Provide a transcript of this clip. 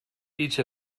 each